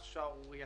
לקצבאות.